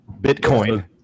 bitcoin